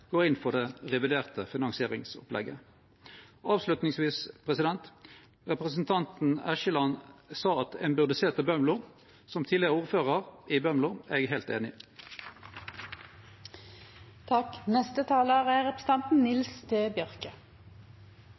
går inn for det reviderte finansieringsopplegget. Avslutningsvis: Representanten Eskeland sa at ein burde sjå til Bømlo. Som tidlegare ordførar i Bømlo er eg heilt einig.